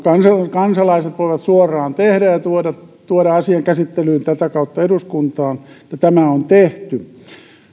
kansalaiset voivat suoraan tehdä ja jonka kautta tuoda asia käsittelyyn eduskuntaan on tehty